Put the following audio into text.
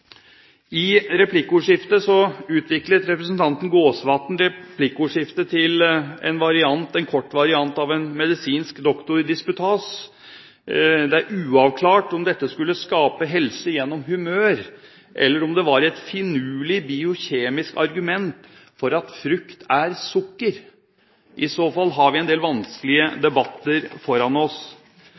I replikkordskiftet med Kjersti Toppe utviklet representanten Jon Jæger Gåsvatn replikkordskiftet til en kort variant av en medisinsk doktordisputas. Det er uavklart om dette skulle skape helse gjennom humør, eller om det var et finurlig biokjemisk argument for at frukt er sukker. I så fall har vi en del vanskelige debatter foran oss.